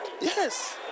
Yes